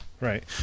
right